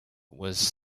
was